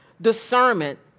discernment